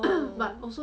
oh